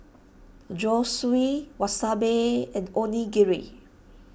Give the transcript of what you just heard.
Zosui Wasabi and Onigiri